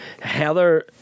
Heller